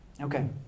Okay